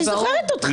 אני זוכרת אותך.